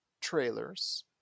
trailers